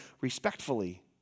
respectfully